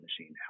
machine